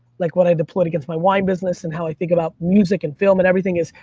like what i've deployed against my wine business and how i think about music and film and everything is,